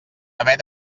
haver